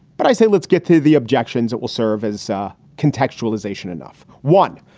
but i say, let's get to the objections that will serve as a contextualisation. enough. one.